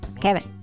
kevin